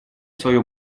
свое